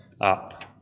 up